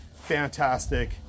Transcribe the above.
fantastic